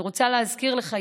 אני רוצה להזכיר לך,